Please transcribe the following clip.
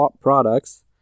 products